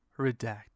redact